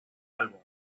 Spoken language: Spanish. álbum